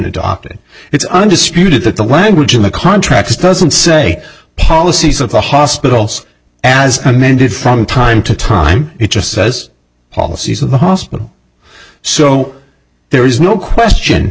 adopted it's undisputed that the language in the contracts doesn't say policies of the hospitals as amended from time to time it just says policies of the hospital so there is no question